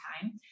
time